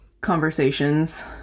conversations